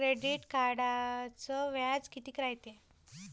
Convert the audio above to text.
Credit कार्डचं व्याज कितीक रायते?